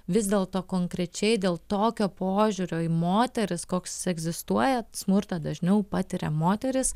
vis dėlto konkrečiai dėl tokio požiūrio į moteris koks egzistuoja smurtą dažniau patiria moterys